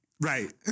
Right